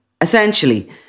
essentially